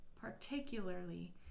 particularly